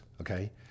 okay